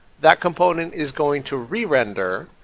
that component is going to re-render,